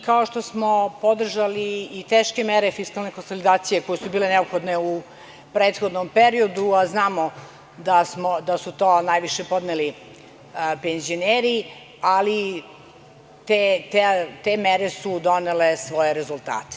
Kao što smo podržali i teške mere fiskalne konsolidacije, koje su bile neophodne u prethodnom periodu, a znamo da su to najviše podneli penzioneri, ali te mere su donele svoje rezultate.